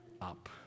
up